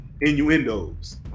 innuendos